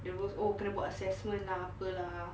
there was oh kena buat assessments lah apa lah